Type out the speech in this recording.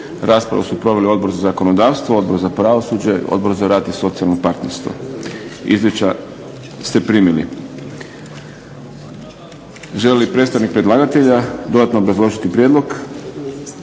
Raspravu su proveli Odbor za zakonodavstvo, Odbor za pravosuđe, Odbor za rad i socijalno partnerstvo. Izvješća ste primili. Želi li predstavnik predlagatelja dodatno obrazložiti prijedlog?